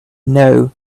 know